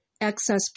excess